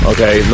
Okay